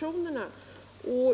tal